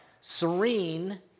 Serene